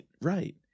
right